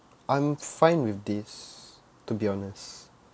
I'm fine with this to be honest